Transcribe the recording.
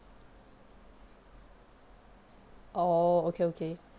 orh okay okay